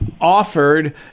offered